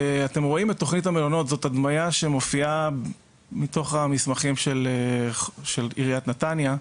זאת הדמיה שמופיעה מתוך המסמכים של עיריית נתניה.